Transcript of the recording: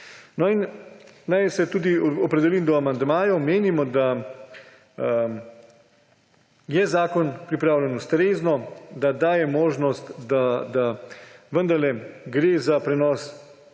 Naj se tudi opredelim do amandmajev. Menimo, da je zakon pripravljen ustrezno, da daje možnost, da vendarle gre za prenos